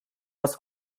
was